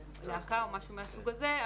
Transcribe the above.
להקה או משהו מהסוג הזה,